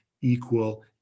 equal